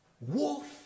wolf